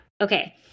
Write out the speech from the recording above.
okay